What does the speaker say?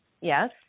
Yes